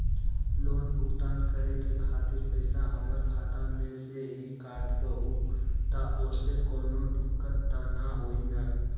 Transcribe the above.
Loan भुगतान करे के खातिर पैसा हमर खाता में से ही काटबहु त ओसे कौनो दिक्कत त न होई न?